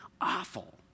awful